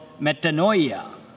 metanoia